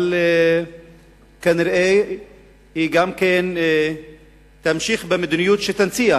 אבל כנראה גם היא תמשיך במדיניות שתנציח